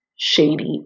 shady